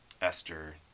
Esther